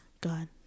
God